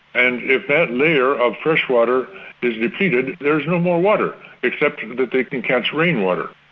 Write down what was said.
and if that layer of fresh water is depleted, there's no more water except you know that they can catch rainwater.